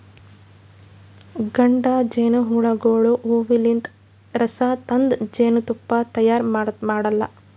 ಗಂಡ ಜೇನಹುಳಗೋಳು ಹೂವಲಿಂತ್ ರಸ ತಂದ್ ಜೇನ್ತುಪ್ಪಾ ತೈಯಾರ್ ಮಾಡಲ್ಲಾ